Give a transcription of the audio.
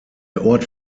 ort